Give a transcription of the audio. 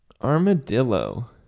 armadillo